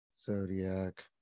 Zodiac